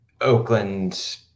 Oakland